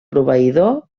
proveïdor